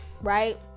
right